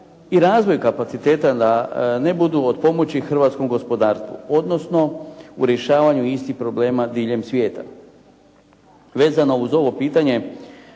i razvoja kapaciteta da ne budu od pomoći hrvatskom gospodarstvu, odnosno u rješavanju istih problema diljem svijeta. Vezano uz ovo pitanje